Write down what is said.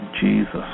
Jesus